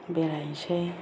बेरायनोसै